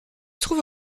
trouve